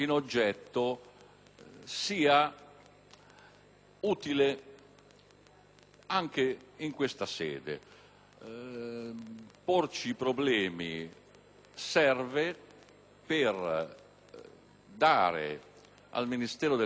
anche in questa sede. Porci i problemi serve per dare al Ministero dell'interno, al sottosegretario Davico e, prima di lui, al ministro Maroni